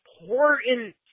important